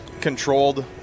controlled